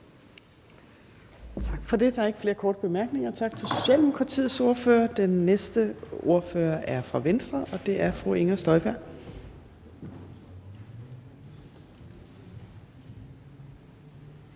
Tak for det. Der er ikke flere korte bemærkninger. Tak til Socialdemokratiets ordfører. Den næste ordfører er fra Venstre, og det er fru Inger Støjberg.